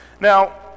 Now